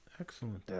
excellent